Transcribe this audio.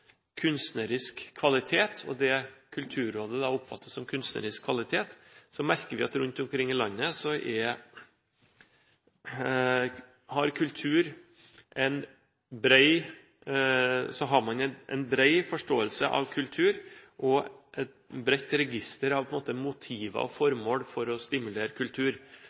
kunstnerisk kvalitet – og da det Kulturrådet oppfatter som kunstnerisk kvalitet – merker vi at rundt omkring i landet har man en bred forståelse av kultur og et bredt register av motiver og formål for å stimulere kultur,